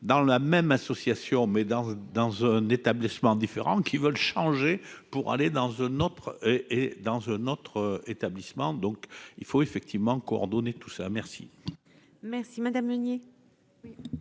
dans la même association mais dans dans un établissement différent qui veulent changer pour aller dans un autre et dans un autre établissement, donc il faut effectivement coordonner tout ça merci. Merci madame Meunier.